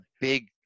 big